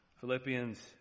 Philippians